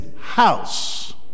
house